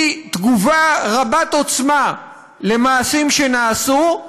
היא תגובה רבת-עוצמה למעשים שנעשו,